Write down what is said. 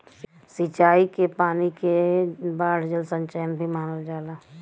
सिंचाई क पानी के बाढ़ जल संचयन भी मानल जाला